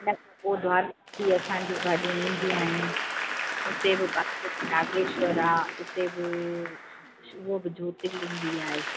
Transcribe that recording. न पोइ द्वारका बि असांजी गाॾियूं वेंदियूं आहिनि उते बि पासे में नागेश्वर आहे उते बि उहो बि ज्योतिर्लिंग ई आहे